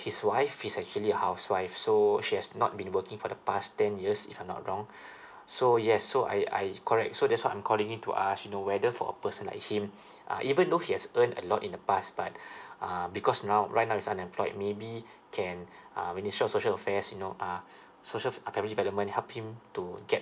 his wife she's actually housewife so she has not been working for the past ten years if I'm not wrong so yes so I I correct so that's why I'm calling in to ask you know whether for a person like him uh even though he has earned a lot in the past but uh because now right now is unemployed maybe can uh ministry of social affairs you know uh social and family development help him to get